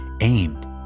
aimed